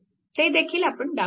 तेदेखील आपण दाखवले आहे